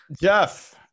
Jeff